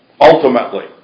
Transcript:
Ultimately